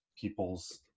people's